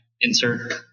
insert